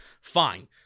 fine